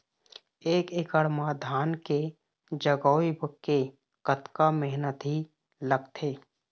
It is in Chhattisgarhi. एक एकड़ म धान के जगोए के कतका मेहनती लगथे?